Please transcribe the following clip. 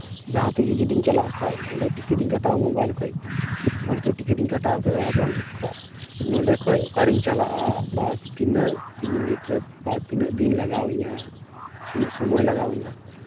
ᱡᱟᱦᱟᱸ ᱛᱮᱜᱮ ᱡᱩᱫᱤᱧ ᱪᱟᱞᱟᱜ ᱠᱷᱟᱡ ᱚᱸᱰᱮ ᱴᱤᱠᱤᱴ ᱤᱧ ᱠᱟᱴᱟᱣᱟ ᱢᱳᱵᱟᱭᱤᱞ ᱠᱷᱚᱡ ᱜᱮ ᱴᱤᱠᱤᱴ ᱠᱟᱴᱟᱣ ᱠᱮᱫᱟ ᱮᱵᱚᱝ ᱱᱚᱰᱮ ᱠᱷᱚᱡ ᱚᱠᱟᱨᱤᱧ ᱪᱟᱞᱟᱜᱼᱟ ᱵᱟ ᱛᱤᱱᱟᱹᱜ ᱢᱤᱱᱤᱴ ᱨᱮ ᱵᱟ ᱛᱤᱱᱟᱹᱜ ᱫᱤᱱ ᱞᱟᱜᱟᱣ ᱤᱧᱟ ᱛᱤᱱᱟᱹᱜ ᱥᱚᱢᱚᱭ ᱞᱟᱜᱟᱣ ᱤᱧᱟ